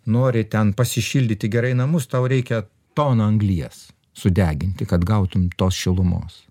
nori ten pasišildyti gerai namus tau reikia toną anglies sudeginti kad gautum tos šilumos